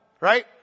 Right